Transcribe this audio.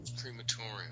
Crematorium